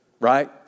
right